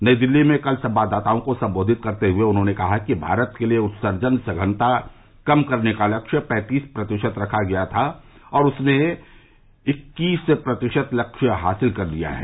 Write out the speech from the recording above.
नई दिल्ली में कल संवाददातओं को संबोधित करते हुए उन्होंने कहा कि भारत के लिए उत्सर्जन सधनता कम करने का लक्ष्य पैंतीस प्रतिशत रखा गया था और उसने इक्कीस प्रतिशत लक्ष्य हासिल कर लिया है